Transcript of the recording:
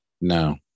no